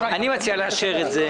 אני מציע לאשר את זה.